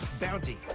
Bounty